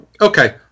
Okay